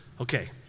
Okay